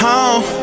Home